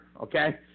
Okay